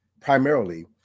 primarily